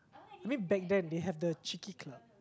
I mean back then they have the Chickee Club